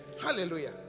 Hallelujah